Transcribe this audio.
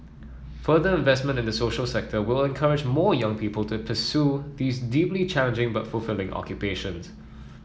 further investment in the social sector will encourage more young people to these deeply challenging but fulfilling occupations